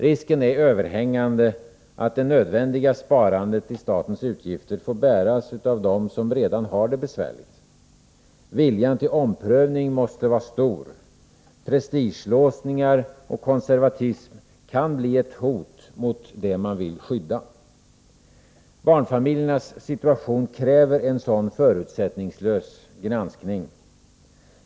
Risken är överhängande att det nödvändiga sparandet i statens utgifter får bäras av dem som redan har det besvärligt. Viljan till omprövning måste vara stor. Prestigelåsningar och konservatism kan bli ett hot mot dem man vill skydda. Barnfamiljernas situation kräver en sådan förutsättningslös granskning.